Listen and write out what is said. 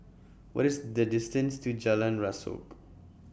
What IS The distance to Jalan Rasok